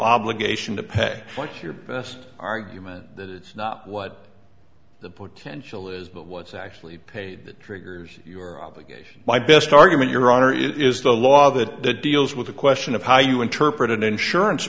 obligation to pay what's your best argument that it's not what the potential is but what's actually paid that triggers your obligation my best argument your honor it is the law that deals with the question of how you interpret an insurance